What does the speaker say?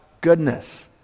goodness